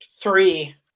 Three